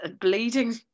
bleeding